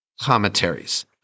Commentaries